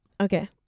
Okay